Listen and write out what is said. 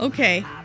Okay